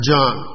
John